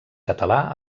català